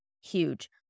huge